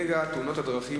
בנושא: נגע תאונות הדרכים,